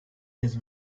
his